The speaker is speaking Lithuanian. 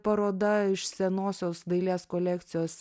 paroda iš senosios dailės kolekcijos